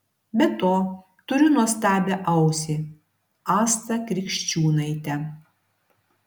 be to turiu nuostabią ausį astą krikščiūnaitę